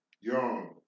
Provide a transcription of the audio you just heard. young